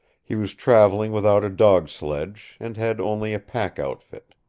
he was traveling without a dog-sledge, and had only a pack-outfit.